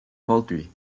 poultry